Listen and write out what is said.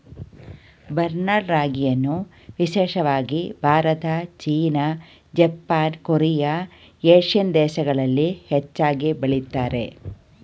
barnyard ರಾಗಿಯನ್ನು ವಿಶೇಷವಾಗಿ Bharat, China, Japan, Korea, Asian ದೇಶಗಳಲ್ಲಿ ಹೆಚ್ಚಾಗಿ ಬೆಳಿತಾರೆ